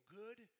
good